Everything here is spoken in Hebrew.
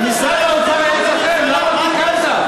משרד האוצר היה אצלכם, למה ויתרת?